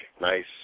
nice